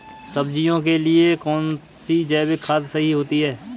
सब्जियों के लिए कौन सी जैविक खाद सही होती है?